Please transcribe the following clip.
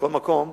מכל מקום,